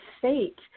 fate